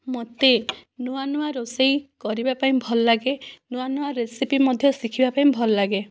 ମୋତେ ନୂଆ ନୂଆ ରୋଷେଇ କରିବା ପାଇଁ ଭଲ ଲାଗେ ନୂଆ ନୂଆ ରେସିପି ମଧ୍ୟ ଶିଖିବା ପାଇଁ ଭଲ ଲାଗେ